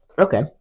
Okay